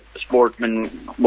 sportsman